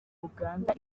uganda